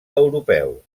europeu